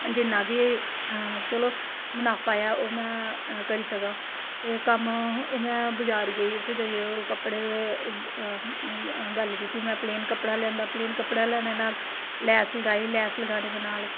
जिन्ना बी चलो मनाफा ऐ ओह् में करी सकां ते कम्म में बजार गेई उत्थे जाइयै होर कपड़े गल्ल कीती में प्लेन कपड़ा लेआंदा प्लेन कपड़ा लेआने नाल लैस लगाई लैस लगाने दे नाल